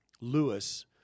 Lewis